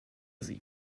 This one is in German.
sie